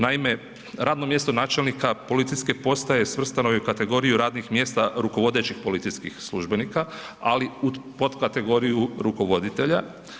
Naime, radno mjesto načelnika policijske postaje svrstano je u kategoriju radnih mjesta rukovodećih policijskih službenika, ali u potkategoriju rukovoditelja.